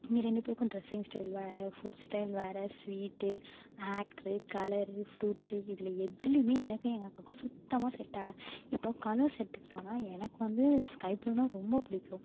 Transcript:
எங்கள் ரெண்டு பேருக்கும் ட்ரெஸ்ஸிங் ஸ்டைல் வேறு ஃபுட் ஸ்டைல் வேறு ஸ்வீட் ஆக்டர் கலர் ஃப்ரூட்ஸ் இதில் எதுலையுமே எனக்கும் எங்கள் அக்காவுக்கும் சுத்தமாக செட் ஆகாது இப்போ கலர்ஸ் எடுத்துகிட்டோனா எனக்கு வந்து ஸ்கை ப்ளூன்னா ரொம்ப பிடிக்கும்